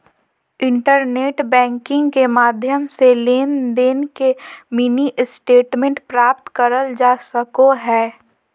internet banking के माध्यम से लेनदेन के मिनी स्टेटमेंट प्राप्त करल जा सको हय